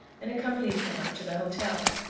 and accompanied him up to the hotel.